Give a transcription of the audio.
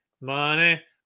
money